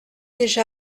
déjà